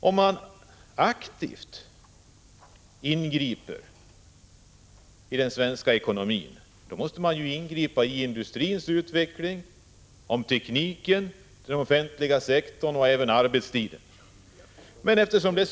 Om man aktivt vill ingripa i den svenska ekonomin, måste man ju ingripa när det gäller industrins utveckling, tekniken, den offentliga sektorn och även beträffande arbetstiden.